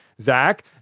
Zach